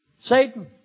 Satan